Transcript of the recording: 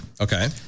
Okay